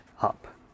up